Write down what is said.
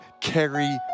carry